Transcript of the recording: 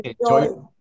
Enjoy